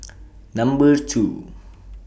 Number two